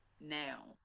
now